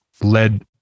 led